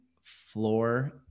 floor